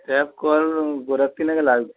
tap কল গোটা তিনেক লাগবে